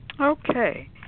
Okay